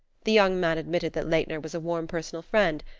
the young man admitted that laitner was a warm personal friend,